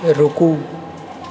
रूकु